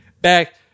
back